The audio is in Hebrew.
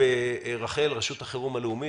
ברח"ל, רשות החירום הלאומית.